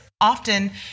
often